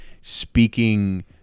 speaking